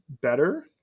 better